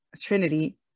Trinity